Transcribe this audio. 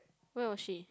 where was she